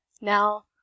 Now